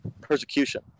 persecution